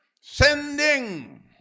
sending